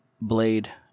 Blade